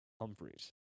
Humphreys